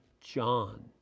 John